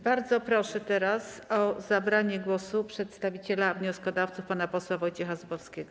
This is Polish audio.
Bardzo proszę teraz o zabranie głosu przedstawiciela wnioskodawców pana posła Wojciecha Zubowskiego.